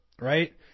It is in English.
right